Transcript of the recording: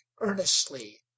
earnestly